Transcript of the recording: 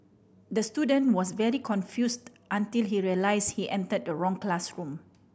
the student was very confused until he realised he entered the wrong classroom